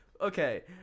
Okay